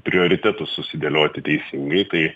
prioritetus susidėlioti teisingai tai